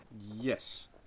Yes